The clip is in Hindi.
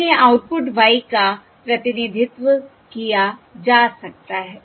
इसलिए आउटपुट y का प्रतिनिधित्व किया जा सकता है